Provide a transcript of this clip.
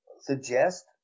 suggest